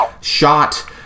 shot